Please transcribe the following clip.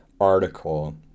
article